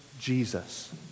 Jesus